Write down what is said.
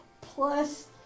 plus